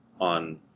on